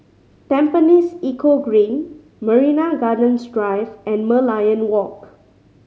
Tampines Eco Green Marina Gardens Drive and Merlion Walk